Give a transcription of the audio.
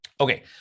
Okay